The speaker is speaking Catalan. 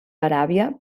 aràbia